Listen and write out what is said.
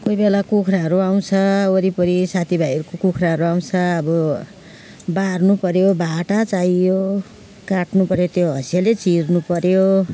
कोही बेला कुखुराहरू आउँछ वरिपरि साथीभाइहरूको कुखुराहरू आउँछ अब बार्नुपर्यो भाटा चाहियो काट्नुपर्यो त्यो हँसियाले चिर्नुपर्यो